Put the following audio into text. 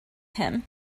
him